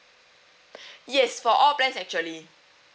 yes for all plans actually